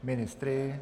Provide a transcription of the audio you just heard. Ministry.